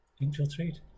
infiltrate